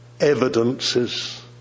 evidences